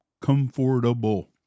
Comfortable